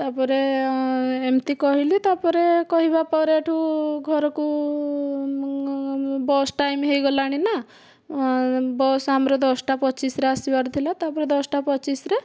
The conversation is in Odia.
ତାପରେ ଏମିତି କହିଲି ତାପରେ କହିବା ପର ଠାରୁ ଘରକୁ ବସ ଟାଇମ୍ ହୋଇଗଲାଣି ନା ବସ୍ ଆମର ଦଶଟା ପଚିଶରେ ଆସିବାର ଥିଲା ତାପରେ ଦଶଟା ପଚିଶରେ